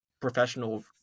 professional